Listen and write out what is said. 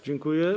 Dziękuję.